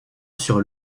sur